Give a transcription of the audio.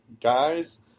guys